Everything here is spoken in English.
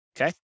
Okay